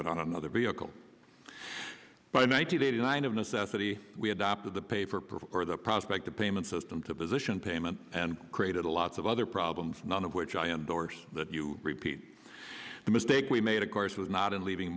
but on another vehicle by one hundred eighty nine of necessity we adopted the pay for prefer the prospect of payment system to physician payment and created a lots of other problems none of which i endorse that you repeat the mistake we made of course was not in leaving